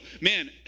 man